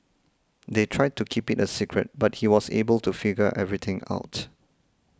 they tried to keep it a secret but he was able to figure everything out